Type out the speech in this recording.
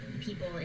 people